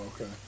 okay